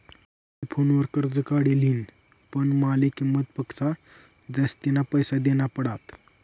मी फोनवर कर्ज काढी लिन्ह, पण माले किंमत पक्सा जास्तीना पैसा देना पडात